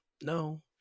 No